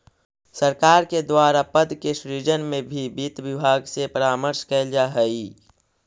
सरकार के द्वारा पद के सृजन में भी वित्त विभाग से परामर्श कैल जा हइ